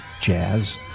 jazz